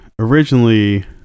Originally